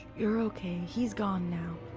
you're okay. he's gone now.